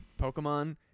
Pokemon